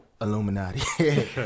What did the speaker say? Illuminati